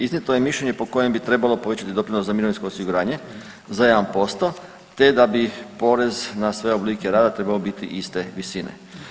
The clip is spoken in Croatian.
Iznijeto je mišljenje po kojem bi trebalo povećati doprinos za mirovinsko osiguranje za 1%, te da bi porez na sve oblike rada trebao biti iste visine.